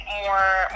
more